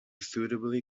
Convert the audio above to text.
suitably